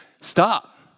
Stop